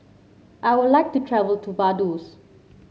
I would like to travel to Vaduz